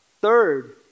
Third